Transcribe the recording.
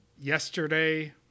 Yesterday